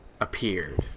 appeared